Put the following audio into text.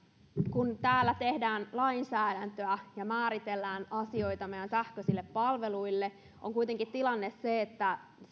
kun täällä tehdään lainsäädäntöä ja määritellään asioita meidän sähköisille palveluille on kuitenkin tilanne se että